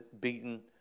beaten